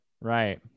Right